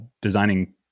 Designing